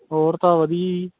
ਹੋਰ ਤਾਂ ਵਧੀਆ